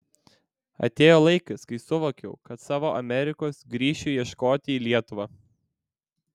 atėjo laikas kai suvokiau kad savo amerikos grįšiu ieškoti į lietuvą